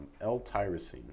L-tyrosine